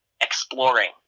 exploring